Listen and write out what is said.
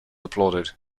applauded